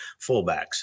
fullbacks